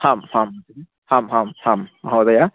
हां हां हां हां हां महोदय